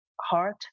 heart